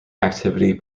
activity